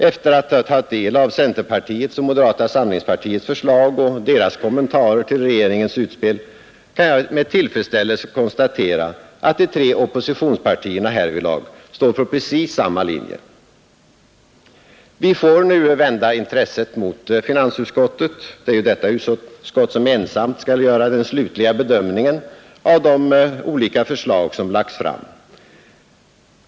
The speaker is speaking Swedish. Efter att ha tagit del av centerpartiets och moderata samlingspartiets förslag och kommentarer till regeringens utspel kan jag med tillfredsställelse konstatera att de tre oppositionspartierna härvidlag står på precis samma linje. Vi får nu vända intresset mot finansutskottet. Det är ju detta utskott som ensamt skall göra den slutliga bedömningen av de olika förslag som lagts fram.